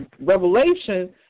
revelation